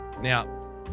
Now